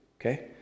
Okay